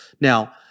Now